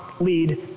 lead